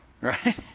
Right